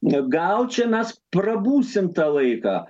gal čia mes prabūsim tą laiką